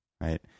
right